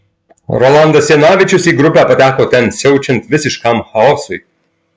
rolandas janavičius į grupę pateko ten siaučiant visiškam chaosui